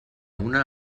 una